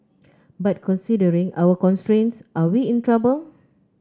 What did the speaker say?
but considering our constraints are we in trouble